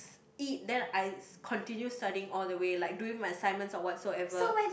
s~ eat then I s~ continue studying all the way like doing my assignments or whatsoever